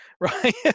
right